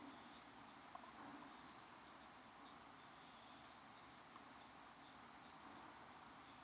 mm